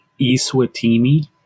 Iswatini